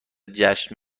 جشن